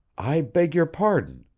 i beg your pardon,